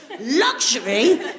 Luxury